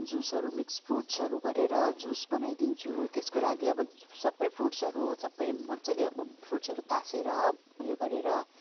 जुसहरू मिक्स्ड फ्रुट्सहरू गरेर जुस बनाइदिन्छु त्यसको लागि अब सबै फ्रुट्सहरू सबै मजाले अब फ्रुट्सहरू ताछेर उयो गरेर